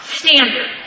standard